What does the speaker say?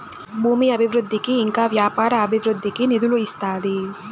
భూమి అభివృద్ధికి ఇంకా వ్యాపార అభివృద్ధికి నిధులు ఇస్తాది